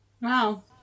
Wow